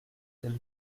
tel